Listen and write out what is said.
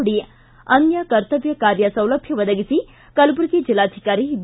D ಅನ್ಕ ಕರ್ತಮ್ಯ ಕಾರ್ಯ ಸೌಲಭ್ಯ ಒದಗಿಸಿ ಕಲಬುರಗಿ ಜಿಲ್ಲಾಧಿಕಾರಿ ಬಿ